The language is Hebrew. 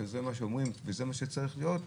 שזה מה שאומרים וזה מה שצריך להיות,